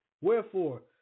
Wherefore